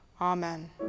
Amen